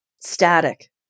static